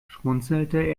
schmunzelte